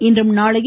இன்றும் நாளையும்